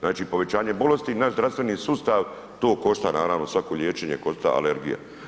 Znači povećanje bolesti i naš zdravstveni sustav to košta, naravno svako liječenje košta alergija.